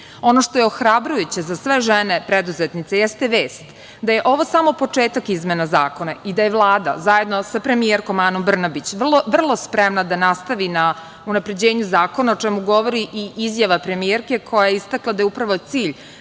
što je ohrabrujuće za sve žene preduzetnice jeste vest da je ovo samo početak izmena zakona i da je Vlada zajedno sa premijerkom Anom Brnabić vrlo spremna da nastavi na unapređenju zakona, o čemu govori i izjava premijerke koja je istakla da je upravo cilj